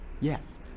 yes